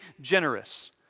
generous